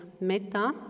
metta